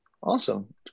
Awesome